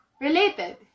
related